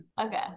Okay